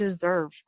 deserve